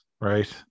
right